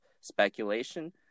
speculation